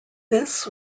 this